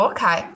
Okay